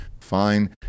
fine